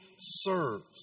serves